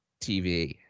TV